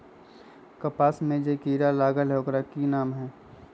कपास में जे किरा लागत है ओकर कि नाम है?